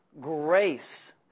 grace